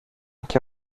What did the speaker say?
και